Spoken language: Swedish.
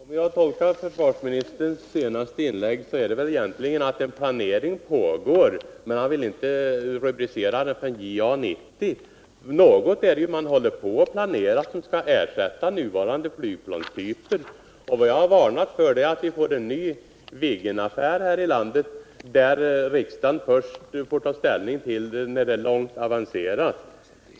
Herr talman! Om jag tolkar försvarsministerns senaste inlägg rätt så innebär det väl egentligen att det pågår en planering men att försvarsministern inte vill beteckna den JA 90. Något är det ju som man håller på att planera och som skall ersätta nuvarande flygplantyper. Vad jag har varnat för är en ny Viggenaffär, som riksdagen får ta ställning till först när den har avancerat mycket långt.